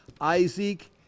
Isaac